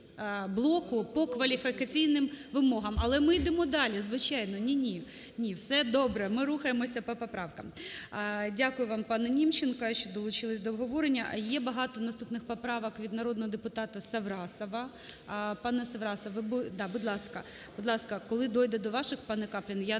Дякую вам, панеНімченко, що долучилися до обговорення. Є багато наступних поправок від народного депутатаСаврасова.